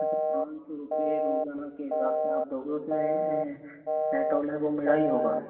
अच्छा पाँच सौ रुपए रोज़ाना के हिसाब से आप दोगे उसमें पेट्रोल है वो मेरा ही होगा